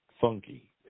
funky